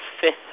fifth